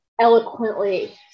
eloquently